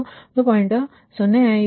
05 1